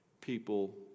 people